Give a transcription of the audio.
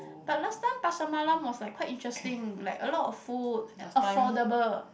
but last time Pasar Malam was like quite interesting like a lot of food affordable